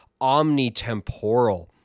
omnitemporal